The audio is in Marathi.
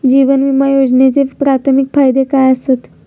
जीवन विमा योजनेचे प्राथमिक फायदे काय आसत?